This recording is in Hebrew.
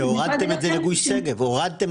לגוש שגב הורדתם את זה.